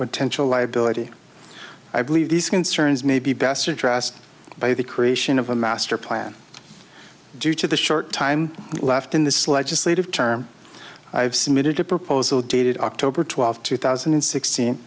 potential liability i believe these concerns may be best addressed by the creation of a master plan due to the short time left in this legislative term i've submitted a proposal dated october twelfth two thousand and sixteen